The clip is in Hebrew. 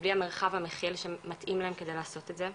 ובלי המרחב המכיל שמתאים להם כדי לעשות את זה.